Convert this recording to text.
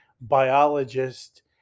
biologist